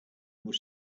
were